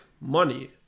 money